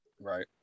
Right